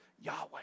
Yahweh